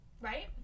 Right